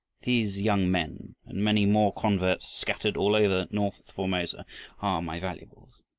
these young men and many more converts scattered all over north formosa, are my valuables.